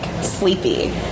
sleepy